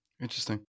Interesting